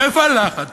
מפלחת,